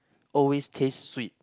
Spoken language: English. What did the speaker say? always taste sweet